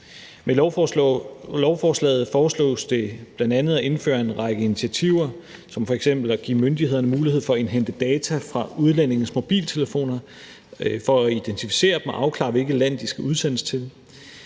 Med lovforslaget foreslås det bl.a. at indføre en række initiativer som f.eks. at give myndighederne mulighed for at indhente data fra udlændinges mobiltelefoner for at identificere dem og afklare, hvilket land de skal udsendes til.